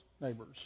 neighbors